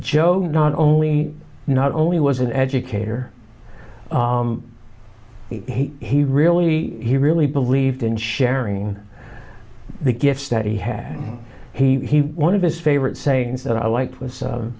joe not only not only was an educator he really he really believed in sharing the gifts that he had he one of his favorite sayings that i liked was